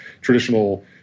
traditional